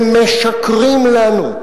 הם משקרים לנו,